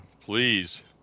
please